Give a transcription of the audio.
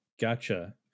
Gotcha